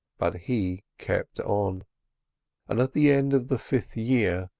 but he kept on and at the end of the fifth year,